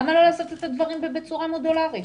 למה לא לעשות את הדברים בצורה מודולארית?